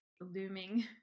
looming